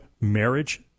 marriage